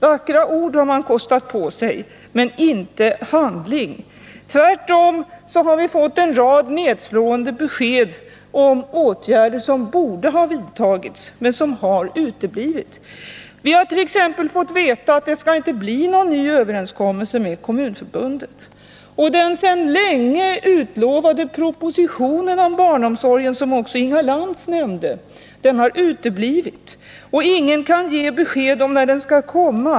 Vackra ord har man kostat på sig men inte handling. Tvärtom har vi fått en rad nedslående besked om åtgärder som borde ha vidtagits men som har uteblivit. Vi hart.ex. fått veta att det inte skall bli någon ny överenskommelse med Kommunförbundet. Den sedan länge utlovade propositionen om barnomsorgen, som också Inga Lantz nämnde, har uteblivit. Ingen kan ge besked om när den skall komma.